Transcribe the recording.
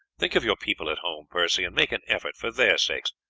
think of your people at home, percy, and make an effort for their sakes.